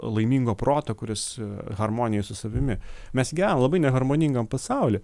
laimingo proto kuris harmonijoj su savimi mes gyvenam labai neharmoningam pasauly